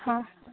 ᱦᱚᱸ